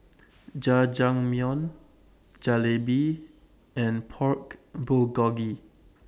Jajangmyeon Jalebi and Pork Bulgogi